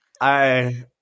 I-